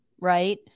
right